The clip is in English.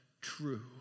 true